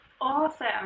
Awesome